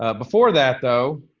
ah before that though,